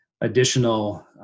additional